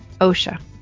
OSHA